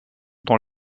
dans